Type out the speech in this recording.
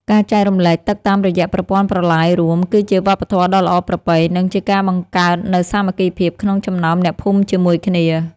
ការចែករំលែកទឹកតាមរយៈប្រព័ន្ធប្រឡាយរួមគឺជាវប្បធម៌ដ៏ល្អប្រពៃ និងជាការបង្កើតនូវសាមគ្គីភាពក្នុងចំណោមអ្នកភូមិជាមួយគ្នា។